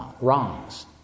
wrongs